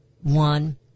One